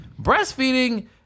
Breastfeeding